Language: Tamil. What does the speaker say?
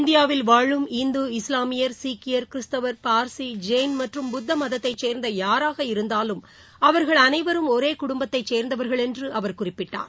இந்தியாவில் வாழும் இந்து இஸ்லாமியர் சீக்கியர் கிறிஸ்தவர் பார்சி ஜெயின் மற்றும் புத்த மதத்தைச் சேர்ந்த யாராக இருந்தாலும் அவர்கள் அனைவரும் ஒரே குடும்பத்தைச் சேர்ந்தவர்கள் என்று அவர் குறிப்பிட்டார்